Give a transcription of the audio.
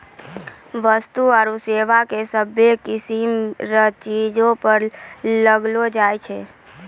वस्तु आरू सेवा कर सभ्भे किसीम रो चीजो पर लगैलो जाय छै